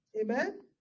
Amen